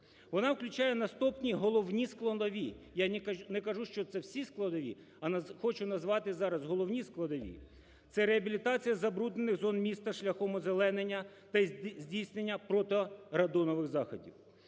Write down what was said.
Вона включає наступні головні складові. Я не кажу, що це всі складові, а хочу назвати зараз головні складові. Це реабілітація забруднених зон міста шляхом озеленення та здійснення протирадонових заходів,